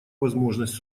возможность